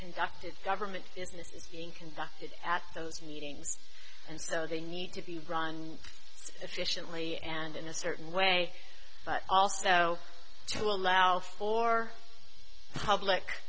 conducted government is this is being conducted at those meetings and so they need to be run efficiently and in a certain way but also to allow for public